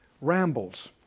rambles